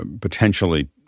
potentially